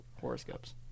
horoscopes